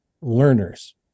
learners